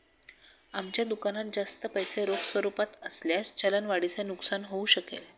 आमच्या दुकानात जास्त पैसे रोख स्वरूपात असल्यास चलन वाढीचे नुकसान होऊ शकेल